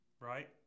right